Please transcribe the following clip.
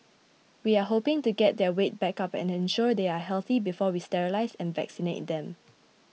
we are hoping to get their weight back up and ensure they are healthy before we sterilise and vaccinate them